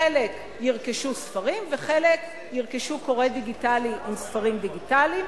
חלק ירכשו ספרים וחלק ירכשו קורא דיגיטלי וספרים דיגיטליים,